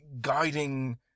guiding